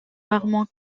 rarement